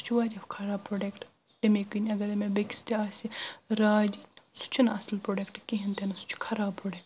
سُہ چھُ واریاہ خراب پروڈٮ۪کٹ تمے کِنۍ اگر مےٚ بیٚکِس تہِ آسہِ راے دِنۍ سُہ چھُنہٕ اصل پروڈکٹ کہیٖنۍ تِنہٕ سُہ چھُ خراب پروڈکٹ